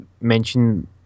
mention